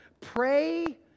Pray